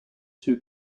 two